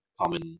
common